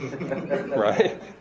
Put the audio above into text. right